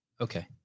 Okay